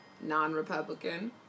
non-Republican